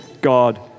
God